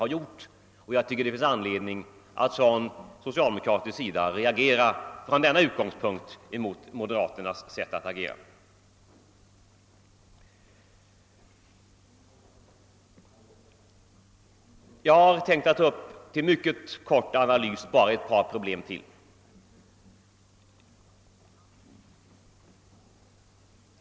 Jag tycker att det finns anledning att ur denna synpunkt från . socialdemokratisk sida reagera mot moderaternas sätt att agera. Jag har tänkt ta upp till mycket kort analys bara ytterligare ett par problem.